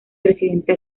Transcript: presidente